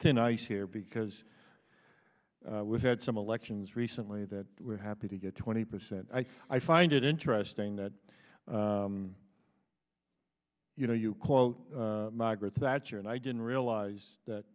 thin ice here because we've had some elections recently that were happy to get twenty percent i find it interesting that you know you quote margaret thatcher and i didn't realize that